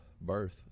birth